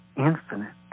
infinite